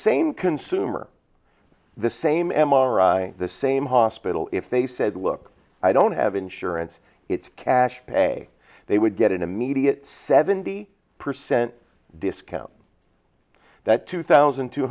same consumer the same m r i the same hospital if they said look i don't have insurance it's cash pay they would get an immediate seventy percent discount that two thousand two